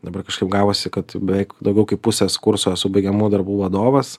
dabar kažkaip gavosi kad jau beveik daugiau kaip pusės kurso esu baigiamų darbų vadovas